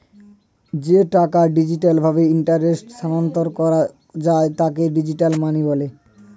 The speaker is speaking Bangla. যে টাকা ডিজিটাল ভাবে ইন্টারনেটে স্থানান্তর করা যায় তাকে ডিজিটাল মানি বলে